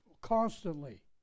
constantly